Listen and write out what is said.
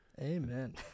amen